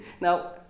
Now